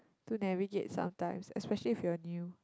to navigate sometimes especially if you're new